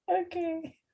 Okay